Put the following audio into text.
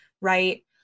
right